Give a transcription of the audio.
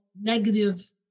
negative